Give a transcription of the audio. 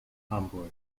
hamburg